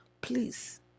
Please